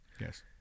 Yes